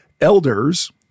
elders